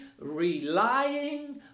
relying